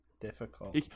difficult